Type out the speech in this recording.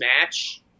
match